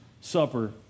Supper